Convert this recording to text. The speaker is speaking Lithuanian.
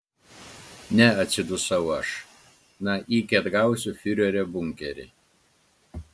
ne atsidusau aš na iki atgausiu fiurerio bunkerį